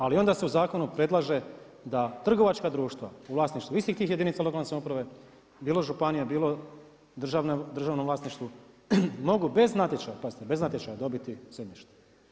Ali onda se u zakonu predlaže da trgovačka društva u vlasništvu istih tih jedinica lokalne samouprave, bilo županija, bilo državno vlasništvo, mogu bez natječaj, pazite bez natječaja dobiti, zemljište.